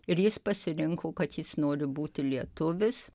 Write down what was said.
ir jis pasirinko kad jis nori būti lietuvis